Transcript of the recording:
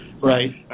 right